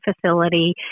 facility